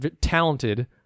talented